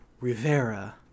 Rivera